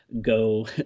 go